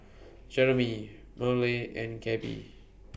Jeromy Myrle and Gabe